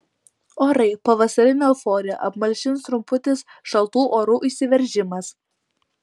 orai pavasarinę euforiją apmalšins trumputis šaltų orų įsiveržimas